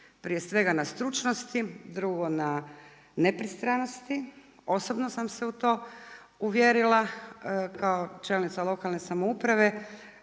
prije svega na stručnosti, drugo, na nepristranosti, osobno sam se u to uvjerila kao čelnica lokalne samouprave